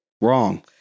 wrong